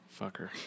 Fucker